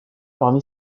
parmi